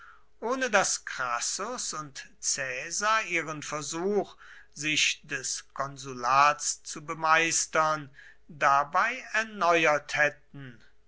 ohne daß crassus und caesar ihren versuch sich des konsulats zu bemeistern dabei erneuert hätten